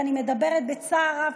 ואני מדברת בצער רב,